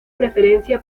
preferencia